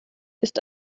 ist